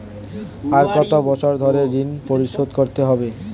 আর কত বছর ধরে ঋণ পরিশোধ করতে হবে?